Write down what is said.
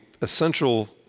essential